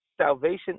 salvation